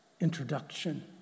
introduction